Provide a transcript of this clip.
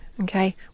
Okay